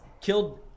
killed